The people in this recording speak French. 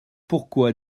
pourquoi